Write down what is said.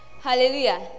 Hallelujah